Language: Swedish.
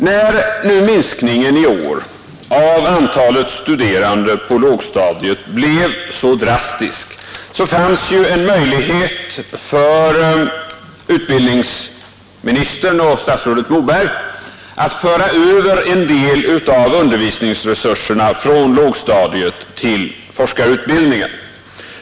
När nu minskningen i år av antalet studerande på lågstadiet blev så drastisk fanns ju en möjlighet för utbildningsministern och statsrådet Moberg att föra över en del av undervisningsresurserna från lågstadiet till forskarutbildningen.